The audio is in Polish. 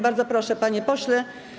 Bardzo proszę, panie pośle.